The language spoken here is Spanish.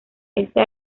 esta